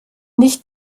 nicht